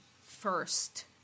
first